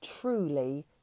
truly